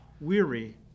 weary